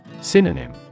Synonym